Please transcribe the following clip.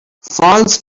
false